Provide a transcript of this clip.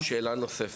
חוה, שאלה נוספת.